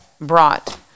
brought